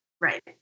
Right